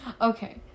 okay